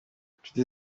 inshuti